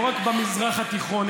לא רק במזרח התיכון,